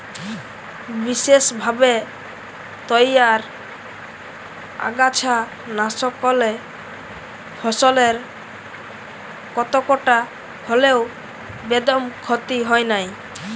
বিসেসভাবে তইয়ার আগাছানাসকলে ফসলের কতকটা হল্যেও বেদম ক্ষতি হয় নাই